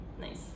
nice